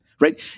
right